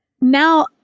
now